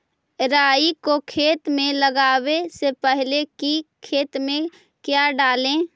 राई को खेत मे लगाबे से पहले कि खेत मे क्या डाले?